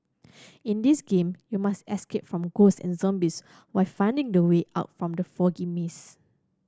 in this game you must escape from ghost and zombies while finding the way out from the foggy maze